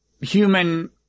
human